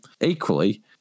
Equally